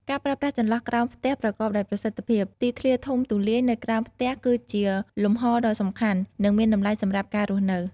ការប្រើប្រាស់ចន្លោះក្រោមផ្ទះប្រកបដោយប្រសិទ្ធភាព ទីធ្លាធំទូលាយនៅក្រោមផ្ទះគឺជាលំហដ៏សំខាន់ និងមានតម្លៃសម្រាប់ការរស់នៅ ។